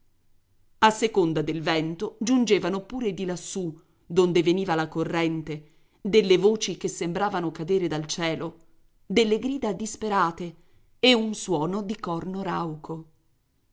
a seconda del vento giungevano pure di lassù donde veniva la corrente delle voci che sembravano cadere dal cielo delle grida disperate e un suono di corno rauco